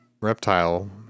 reptile